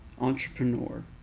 Entrepreneur